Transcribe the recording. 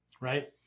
Right